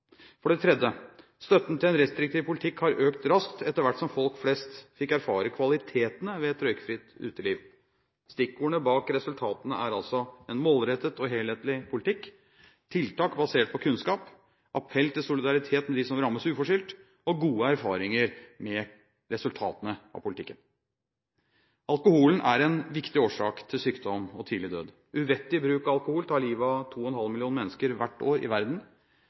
for inngripende tiltak. For det tredje: Støtten til en restriktiv politikk har økt raskt etter hvert som folk flest fikk erfare kvalitetene ved et røykfritt uteliv. Stikkordene bak resultatene er altså en målrettet og helhetlig politikk, tiltak basert på kunnskap, appell til solidaritet med dem som rammes uforskyldt, og gode erfaringer med resultatene av politikken. Alkoholen er en viktig årsak til sykdom og tidlig død. Uvettig bruk av alkohol tar livet av 2,5 millioner mennesker i verden hvert år.